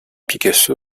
picasso